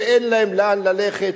שאין להם לאן ללכת,